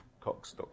Cox